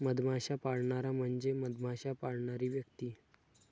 मधमाश्या पाळणारा म्हणजे मधमाश्या पाळणारी व्यक्ती